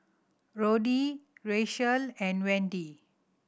Roddy Racheal and Wendy